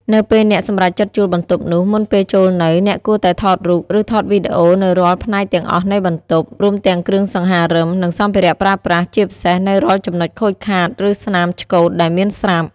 នៅពេលអ្នកសម្រេចចិត្តជួលបន្ទប់នោះ មុនពេលចូលនៅ អ្នកគួរតែថតរូប ឬថតវីដេអូនូវរាល់ផ្នែកទាំងអស់នៃបន្ទប់ រួមទាំងគ្រឿងសង្ហារឹម និងសម្ភារៈប្រើប្រាស់ ជាពិសេសនូវរាល់ចំណុចខូចខាត ឬស្នាមឆ្កូតដែលមានស្រាប់។